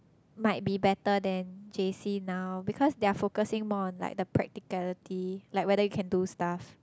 might be better than J_C now because they're focusing more on like the practicality like whether you can do stuff